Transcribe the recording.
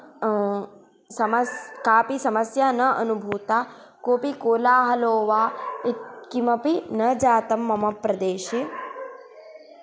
समस् काऽपि समस्या न अनुभूता कोऽपि कोलाहलो वा यत् किमपि न जातं मम प्रदेशे